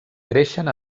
creixen